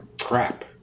crap